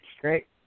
great